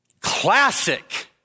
classic